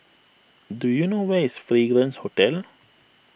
do you know where is Fragrance Hotel